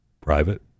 private